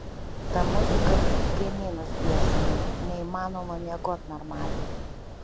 ta muzika visus kaimynus biesina neįmanoma miegot normaliai